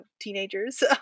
teenagers